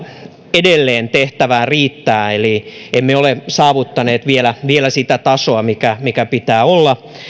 edelleen tehtävää riittää eli emme ole saavuttaneet vielä vielä sitä tasoa mikä mikä pitää olla